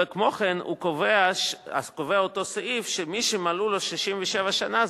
וכמו כן קובע אותו סעיף שמי שמלאו לו 67 שנה,